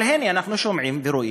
אבל, הנה, אנחנו שומעים ורואים